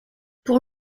pour